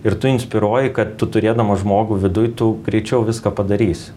ir tu inspiruoji kad tu turėdamas žmogų viduj tu greičiau viską padarysi